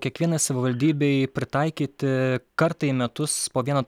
kiekvienai savivaldybei pritaikyti kartą į metus po vieną